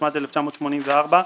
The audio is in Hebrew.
התשמ"ד 1984,